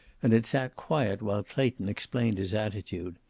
and had sat quiet while clayton explained his attitude.